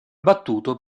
battuto